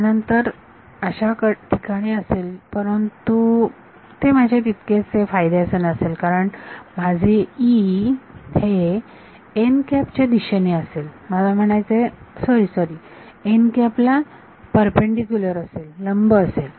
त्यानंतर अशा कडे असेल परंतु ते माझ्या तितकेसे फायद्याचे नसेल कारण माझे E हे च्या दिशेने असेल मला म्हणायचं आहे सॉरी ला लंब असेल